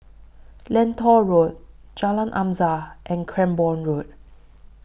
Lentor Road Jalan Azam and Cranborne Road